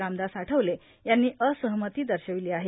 रामदास आठवले यांनी असहमती दर्शवली आहे